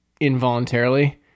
involuntarily